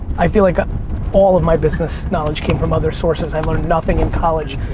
i feel like all of my business knowledge came from other sources. i learned nothing in college.